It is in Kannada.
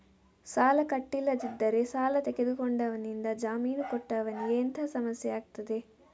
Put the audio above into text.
ಸಾಲ ಕಟ್ಟಿಲ್ಲದಿದ್ದರೆ ಸಾಲ ತೆಗೆದುಕೊಂಡವನಿಂದ ಜಾಮೀನು ಕೊಟ್ಟವನಿಗೆ ಎಂತ ಸಮಸ್ಯೆ ಆಗ್ತದೆ?